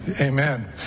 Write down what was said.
Amen